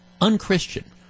unchristian